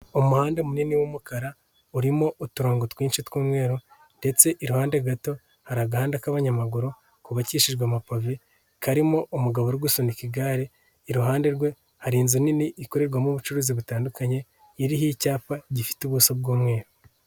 Umuhanda munini w'umukara urimo uturongogo twinshi tw'umweru ndetse iruhande gato hari agahandada k'abanyamaguru kubabakishijwe amapove karimo umugabo uri gusunika igare, iruhande rwe hari inzu nini ikorerwamo ubucuruzi butandukanye iriho icyapa gifite ubuso bw'umweru.